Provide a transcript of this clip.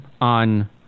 on